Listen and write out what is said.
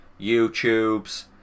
YouTubes